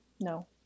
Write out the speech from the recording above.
No